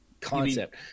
concept